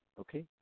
okay